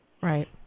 Right